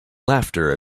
laughter